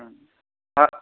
sir